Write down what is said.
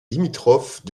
limitrophe